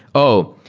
oh,